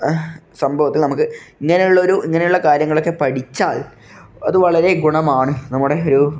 സംഭവത്തിൽ നമുക്ക് ഇങ്ങനെ ഉള്ള ഒരു ഇങ്ങനെയുള്ള കാര്യങ്ങളൊക്കെ പഠിച്ചാൽ അതുവളരെ ഗുണമാണ് നമ്മുടെ ഒരു